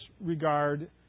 regard